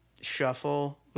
shuffle